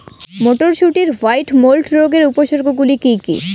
মটরশুটির white mould রোগের উপসর্গগুলি কী কী?